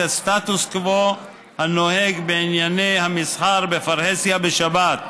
הסטטוס קוו הנוהג בענייני המסחר בפרהסיה בשבת.